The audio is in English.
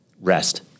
rest